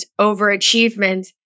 overachievement